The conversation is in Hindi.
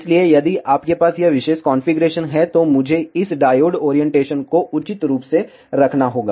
इसलिए यदि आपके पास यह विशेष कॉन्फ़िगरेशन है तो मुझे इस डायोड ओरियंटेशन को उचित रूप से रखना होगा